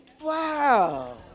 wow